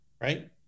right